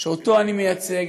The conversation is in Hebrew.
שאותו אני מייצג,